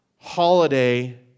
holiday